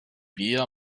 wir